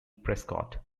prescott